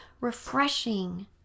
refreshing